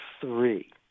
three